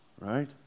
right